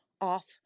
off